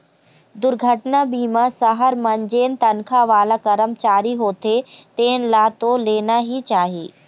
दुरघटना बीमा सहर मन जेन तनखा वाला करमचारी होथे तेन ल तो लेना ही चाही